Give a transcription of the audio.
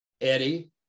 Eddie